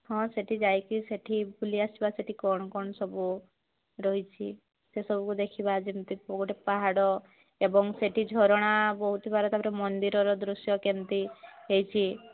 ହଁ ସେଇଠି ଯାଇକି ସେଇଠି ବୁଲି ଆସିବା ସେଇଠି କ'ଣ କ'ଣ ସବୁ ରହିଛି ସେସବୁ ଦେଖିବା ଯେମିତି ଗୋଟେ ପାହାଡ଼ ଏବଂ ସେଇଠି ଝରଣା ବହୁ ଥିବାର ତା'ପରେ ମନ୍ଦିରର ଦୃଶ୍ୟ କେମତି ହେଇଛି